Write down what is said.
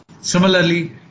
Similarly